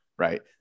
Right